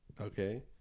Okay